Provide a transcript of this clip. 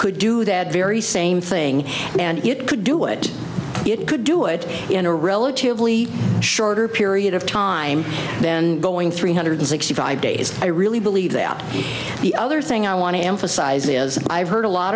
could do that very same thing and it could do it it could do it in a relatively shorter period of time then going three hundred sixty five days i really believe that the other thing i want to emphasize is i've heard a lot